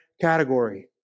category